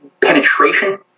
penetration